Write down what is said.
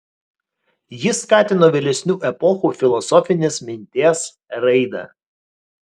jis skatino vėlesnių epochų filosofinės minties raidą